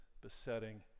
besetting